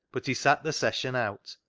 but he sat the session out,